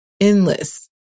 endless